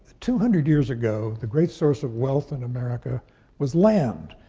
two hundred years ago, the great source of wealth in america was land.